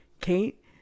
Kate